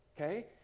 Okay